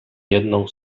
jedną